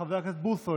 חבר הכנסת בוסו,